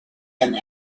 and